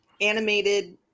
animated